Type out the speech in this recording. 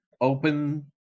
open